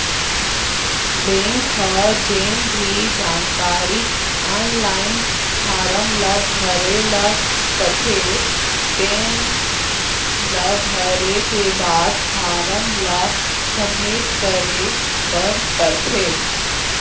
bank ह जेन भी जानकारी आनलाइन फारम ल भरे ल कथे तेन ल भरे के बाद फारम ल सबमिट करे बर परथे